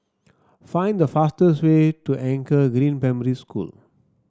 find the fastest way to Anchor Green Primary School